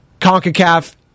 CONCACAF